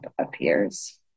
appears